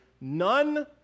none